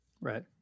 Right